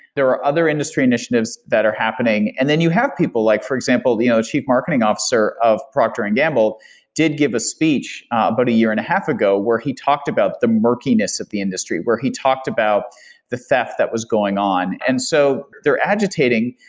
there are other industry initiatives that are happening, and then you have people like for example the you know chief marketing officer of procter and gamble did give a speech about ah but a year and a half ago where he talked about the murkiness of the industry, where he talked about the theft that was going on. and so they're agitating.